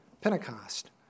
Pentecost